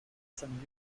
some